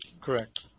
Correct